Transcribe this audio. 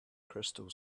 crystal